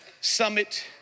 summit